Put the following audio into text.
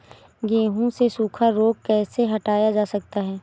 गेहूँ से सूखा रोग कैसे हटाया जा सकता है?